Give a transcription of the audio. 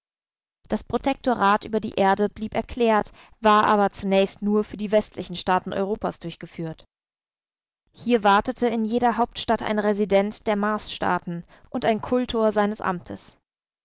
das protektorat über die erde blieb erklärt war aber zunächst nur für die westlichen staaten europas durchgeführt hier wartete in jeder hauptstadt ein resident der marsstaaten und ein kultor seines amtes